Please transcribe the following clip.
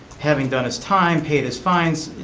having done his time, paid his fines,